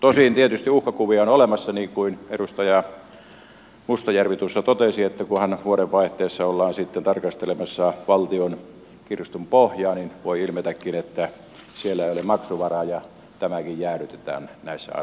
tosin tietysti uhkakuvia on olemassa niin kuin edustaja mustajärvi tuossa totesi että kun vuodenvaihteessa ollaan sitten tarkastelemassa valtion kirstun pohjaa niin voi ilmetäkin että siellä ei ole maksuvaraa ja tämäkin jäädytetään näissäa